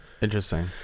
interesting